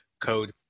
code